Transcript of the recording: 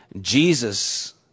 Jesus